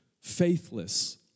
faithless